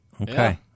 Okay